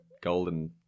golden